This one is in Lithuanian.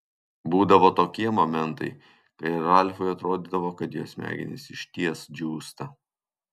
būdavo tokie momentai kai ralfui atrodydavo kad jo smegenys išties džiūsta